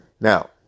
Now